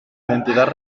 identidad